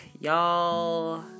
y'all